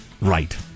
Right